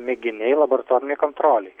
mėginiai laboratorinei kontrolei